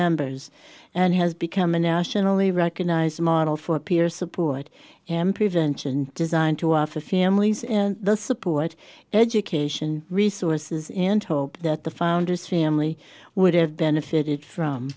members and has become a nationally recognized model for peer support and prevention designed to offer families and the support education resources into hope that the founders family would have benefited from